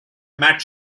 matt